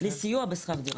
לסיוע בשכר דירה.